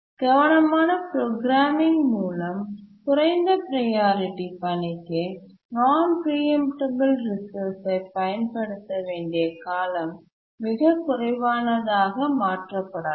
கவனமான programming மூலம் குறைந்த priority பணிக்கு நான் பிரீஎம்டபல் ரிசோர்ஸ் ஐ பயன்படுத்த வேண்டிய காலம் மிக குறைவானதாக மாற்றப்படலாம்